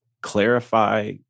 clarify